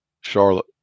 Charlotte